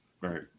Right